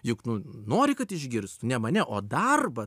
juk nu nori kad išgirstų ne mane o darbą